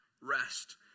rest